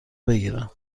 بگیرم